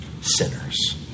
sinners